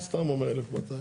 אני סתם אומר את זה.